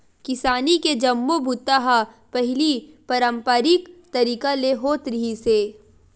किसानी के जम्मो बूता ह पहिली पारंपरिक तरीका ले होत रिहिस हे